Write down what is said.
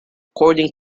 according